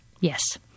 yes